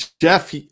Jeff